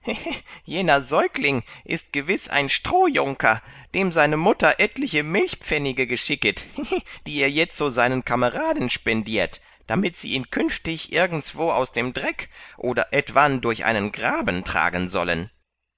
jener säugling ist gewiß ein strohjunker dem seine mutter etliche milchpfennige geschicket die er jetzo seinen kameraden spendiert damit sie ihn künftig irgendswo aus dem dreck oder etwan durch einen graben tragen sollen